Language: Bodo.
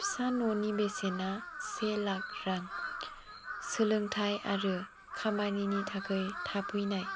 फिसा न'नि बेसेना से लाख रां सोलोंथाइ आरो खामानिनि थाखाय थाफैनाय